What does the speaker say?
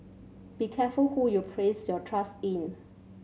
be careful who you place your trust in